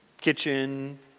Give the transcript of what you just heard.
kitchen